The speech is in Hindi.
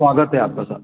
स्वागत है आपका सर